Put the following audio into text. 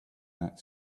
that